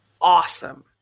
awesome